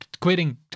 quitting